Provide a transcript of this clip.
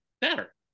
better